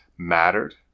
mattered